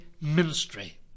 ministry